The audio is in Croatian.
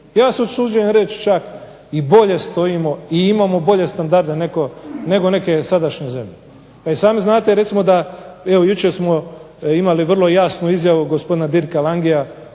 Ja se usuđujem reći čak i bolje stojimo i imamo bolje standarde nego neke sadašnje zemlje. I sami znate recimo da, evo jučer smo imali vrlo jasnu izjavu gospodina Dirka Langea